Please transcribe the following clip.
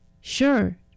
Sure